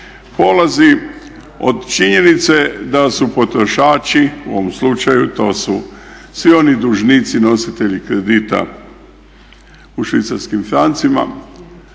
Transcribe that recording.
polazi od činjenice da su potrošači u ovom slučaju to su svi oni dužnici nositelji kredita u švicarskim francima